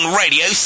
radio